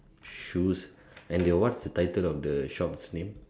shoes and the what's the title of the shops name